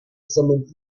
самым